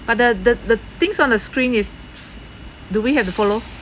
but the the the things on the screen is do we have to follow